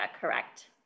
Correct